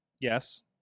yes